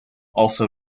also